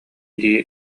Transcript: дии